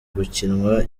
gukinwa